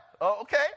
okay